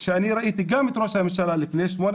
אני ראיתי גם את ראש הממשלה לפני שמונה